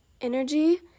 energy